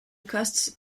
costs